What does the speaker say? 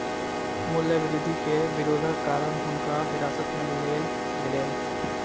मूल्य वृद्धि के विरोधक कारण हुनका हिरासत में लेल गेलैन